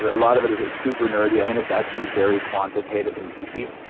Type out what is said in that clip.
but a lot of it is super nerdy um and it's actually very quantitative and geeky.